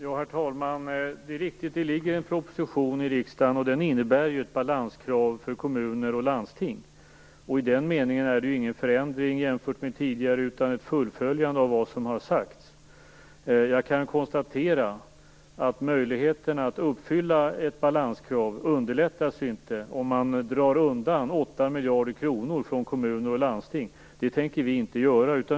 Herr talman! Det är riktigt att det föreligger en proposition i riksdagen, och den innebär ett balanskrav för kommuner och landsting. I den meningen är det ingen förändring jämfört med tidigare, utan ett fullföljande av vad som har sagts. Jag kan konstatera att möjligheten att uppfylla ett balanskrav inte underlättas om man drar undan 8 miljarder kronor från kommuner och landsting. Det tänker vi inte göra.